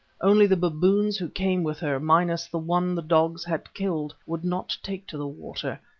only the baboons who came with her, minus the one the dogs had killed, would not take to the water,